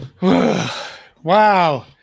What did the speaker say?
Wow